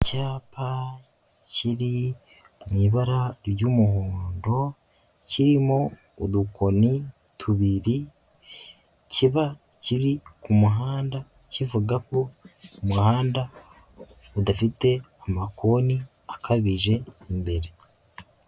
Icyapa kiri mu ibara ry'umuhondo kirimo udukoni tubiri, kiba kiri ku muhanda kivuga ko umuhanda udafite amakoni akabije imbere.